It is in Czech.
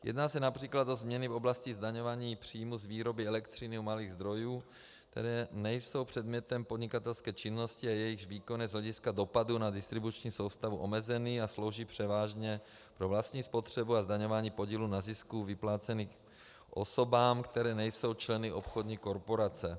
Jedná se například o změny v oblasti zdaňování příjmů z výroby elektřiny u malých zdrojů, které nejsou předmětem podnikatelské činnosti a jejichž výkon je z hlediska dopadu na distribuční soustavu omezený a slouží převážně pro vlastní spotřebu, a zdaňování podílu na zisku vypláceným osobám, které nejsou členy obchodní korporace.